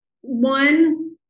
One